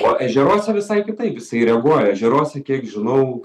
o ežeruose visai kitaip jis reaguoja ežeruose kiek žinau